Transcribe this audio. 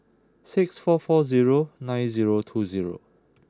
six four four zero nine zero two zero